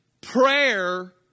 Prayer